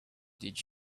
did